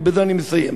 ובזה אני מסיים,